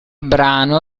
brano